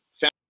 found